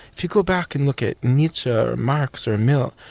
you go back and look at nietzsche or marx or mill,